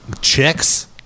chicks